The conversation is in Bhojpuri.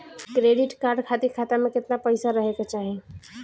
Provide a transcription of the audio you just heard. क्रेडिट कार्ड खातिर खाता में केतना पइसा रहे के चाही?